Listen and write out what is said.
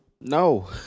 No